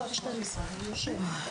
בבקשה.